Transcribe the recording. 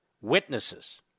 witnesses